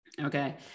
Okay